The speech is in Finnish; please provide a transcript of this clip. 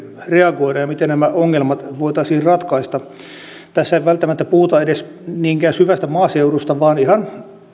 reagoidaan ja miten nämä ongelmat voitaisiin ratkaista tässä ei välttämättä puhuta edes niinkään syvästä maaseudusta vaan ihan